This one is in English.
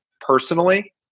personally